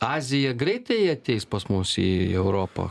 azija greitai ateis pas mus į europą